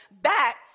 back